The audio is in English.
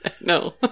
no